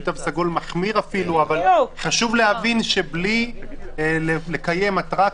תו סגול מחמיר אפילו אבל בלי לקיים אטרקציות,